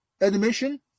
admission